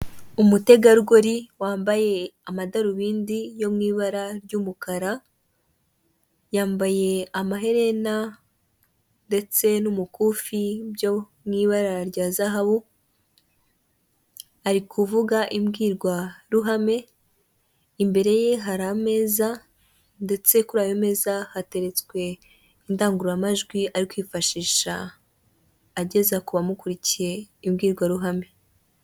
Umutegarugori wambaye amadarubindi yo mu ibara ry'umukara, yambaye amaherena ndetse n'umukufi byo mu ibara rya zahabu ari kuvuga imbwirwaruhame, imbere ye hari ameza ndetse kuri ayo meza hateretswe indangururamajwi ari kwifashisha ageza ku bamukurikiye imbwirwaruhame.